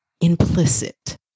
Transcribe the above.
implicit